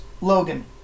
Logan